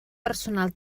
personal